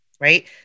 right